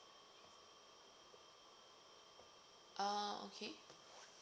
ah okay